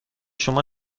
شما